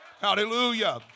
Hallelujah